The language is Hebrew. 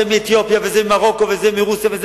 זה מאתיופיה וזה ממרוקו וזה מרוסיה וזה